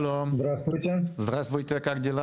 בבקשה, שלום, מה שלומך?